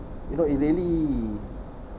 you know if really